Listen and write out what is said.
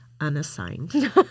Unassigned